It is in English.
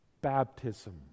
baptism